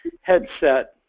headset